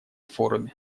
форуме